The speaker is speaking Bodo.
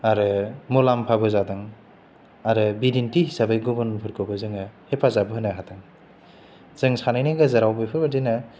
आरो मुलाम्फाबो जादों आरो बिदिन्थि हिसाबै गुबुनफोरखौबो जोङो हेफाजाब होनो हादों जों सानैनि गेजेराव बेफोरबायदिनो